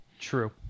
true